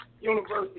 University